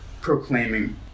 proclaiming